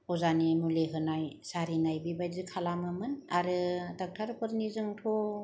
अजानि मुलि होनाय जारिनाय बेबायदि खालामोमोन आरो डक्टर फोरनिजोंथ'